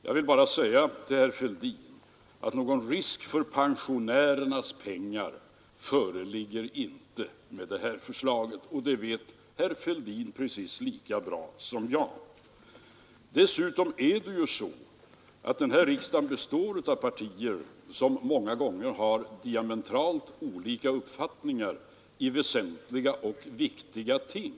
Jag vill bara säga till herr Fälldin att någon risk för pensionärernas pengar föreligger inte med detta förslag. Det vet också herr Fälldin precis lika bra som jag. Dessutom är det så att denna riksdag ju består av partier som många gånger har diametralt olika uppfattningar i väsentliga och viktiga frågor.